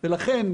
לכן,